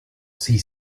sie